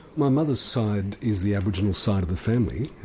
my mother's side is the aboriginal side of the family,